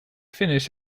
finish